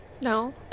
No